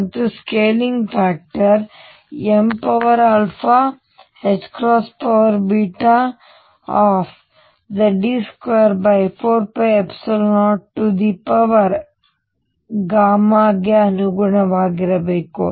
ಮತ್ತು scaling factor ಗೆ ಅನುಗುಣವಾಗಿರಬೇಕು